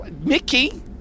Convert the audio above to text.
Mickey